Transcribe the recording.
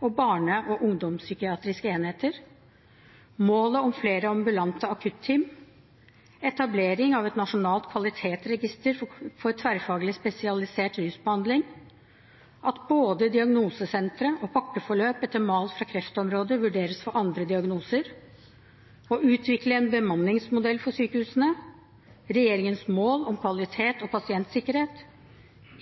og barne- og ungdomspsykiatriske enheter målet om flere ambulante akutteam etablering av et nasjonalt kvalitetsregister for tverrfaglig spesialisert rusbehandling at både diagnosesentre og pakkeforløp etter mal fra kreftområdet vurderes for andre diagnoser å utvikle en bemanningsmodell for sykehusene regjeringens mål om kvalitet og pasientsikkerhet